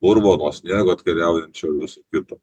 purvo nuo sniego atkeliaujančio viso kito